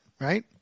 right